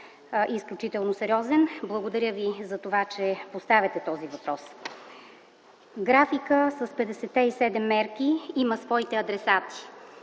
изключително важен и сериозен. Благодаря ви за това, че поставяте този въпрос. Графикът с 57-те мерки има своите адресати.